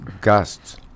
gusts